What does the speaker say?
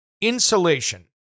insulation